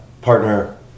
partner